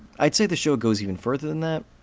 i'd say the show goes even further than that,